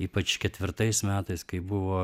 ypač ketvirtais metais kai buvo